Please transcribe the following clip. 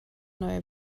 neue